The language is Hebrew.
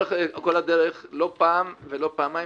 לאורך כל הדרך לא פעם ולא פעמיים